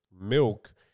milk